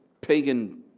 pagan